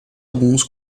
alguns